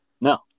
No